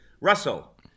Russell